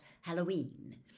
Halloween